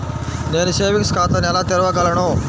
నేను సేవింగ్స్ ఖాతాను ఎలా తెరవగలను?